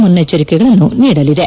ಮುನ್ನೆಚ್ಚರಿಕೆಗಳನ್ನು ನೀಡಲಿದೆ